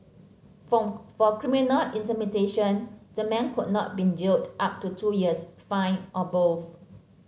for for criminal intimidation the man could not been jailed up to two years fined or both